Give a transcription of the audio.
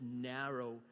narrow